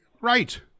right